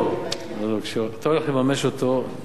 אבל כשאתה הולך לשמש אותו נוצרות לך